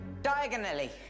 Diagonally